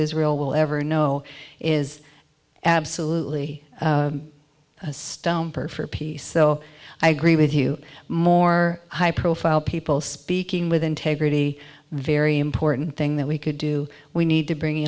israel will ever know is absolutely a stumper for peace so i agree with you more high profile people speaking with integrity very important thing that we could do we need to bring